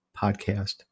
podcast